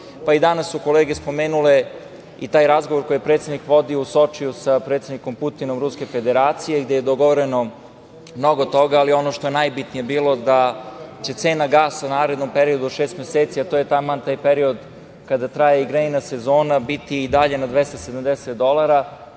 danas su kolege spomenule taj razgovor koji je predsednik vodio u Sočiju sa predsednikom Putinom Ruske Federacije, gde je dogovoreno mnogo toga. Ali, ono što je najbitnije bilo jeste da će cena gasa u narednom periodu od šest meseci, a to je taman taj period kada traje i grejna sezona, biti i dalje na 270 dolara,